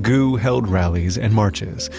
goo! held rallies and marches.